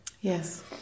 Yes